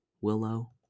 Willow